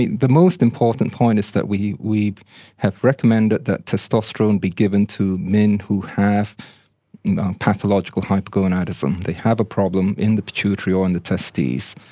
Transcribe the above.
the the most important point is that we have recommended that testosterone be given to men who have pathological hypogonadism, they have a problem in the pituitary or in the testes.